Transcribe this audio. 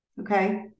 Okay